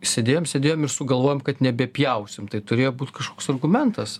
sėdėjom sėdėjom ir sugalvojom kad nebepjausim tai turėjo būt kažkoks argumentas